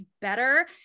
better